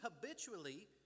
habitually